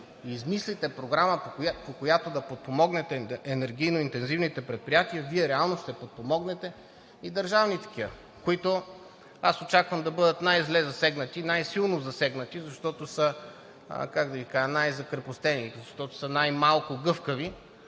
измислите програма, по която да подпомогнете енергийно интензивните предприятия, Вие реално ще подпомогнете и държавни такива, които аз очаквам да бъдат най-зле засегнати, най-силно засегнати, защото са, как да Ви кажа, най-закрепостени, защото са най-малко гъвкави